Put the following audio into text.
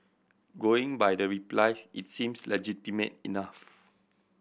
going by the reply its seems legitimate enough